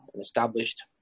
established